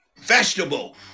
vegetable